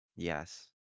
Yes